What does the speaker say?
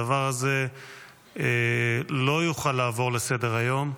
הדבר הזה לא יוכל לעבור לסדר-היום.